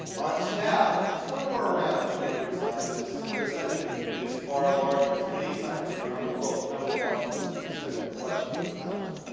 on staff, somewhere around two hundred scientists, but a scientific community that's far larger, because many scientists from around the world come to washington d c. to study the collections that we house.